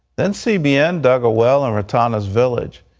then cbn dug a well in ratana's village,